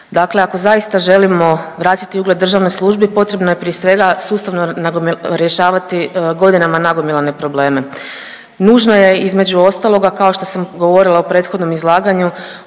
dakle ako zaista želimo vratiti ugled državnoj službi potrebno je prije svega sustavno rješavati godinama nagomilane probleme. Nužno je između ostaloga, kao što sam govorila u prethodnom izlaganju,